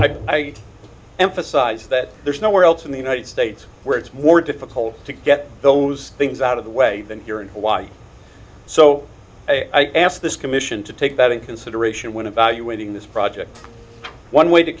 i emphasize that there's nowhere else in the united states where it's more difficult to get those things out of the way than here in hawaii so i asked this commission to take that into consideration when evaluating this project one way to